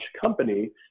company